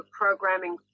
programming